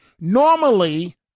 Normally